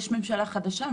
יש ממשלה חדשה,